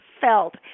felt